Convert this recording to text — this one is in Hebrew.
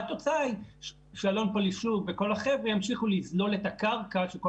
והתוצאה היא שאלון פולישוק וכל החבר'ה האלה ימשיכו לזלול את הקרקע הזאת,